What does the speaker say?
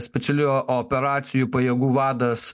specialiųjų operacijų pajėgų vadas